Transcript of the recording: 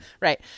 right